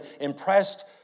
impressed